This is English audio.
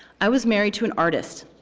i was married to an artist,